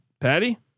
Patty